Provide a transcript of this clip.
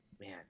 Man